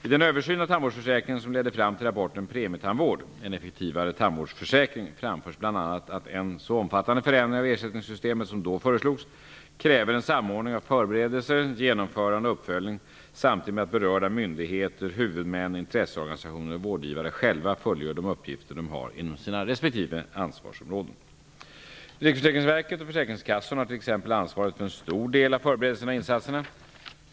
I den översyn av tandvårdsförsäkringen som ledde fram till rapporten Premietandvård -- en effektivare tandvårdsförsäkring framförs bl.a. att en så omfattande förändring av ersättningssystemet, som då föreslogs, kräver en samordning av förberedelser, genomförande och uppföljning samtidigt med att berörda myndigheter, huvudmän, intresseorganisationer och vårdgivare själva fullgör de uppgifter de har inom sina respektive ansvarsområden. Riksförsäkringsverket och försäkringskassorna har t.ex. ansvaret för en stor del av förberedelserna och insatserna.